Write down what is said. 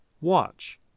Watch